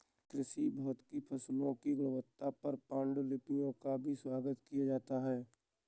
कृषि भौतिकी फसलों की गुणवत्ता पर पाण्डुलिपियों का भी स्वागत किया जाता है